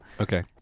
Okay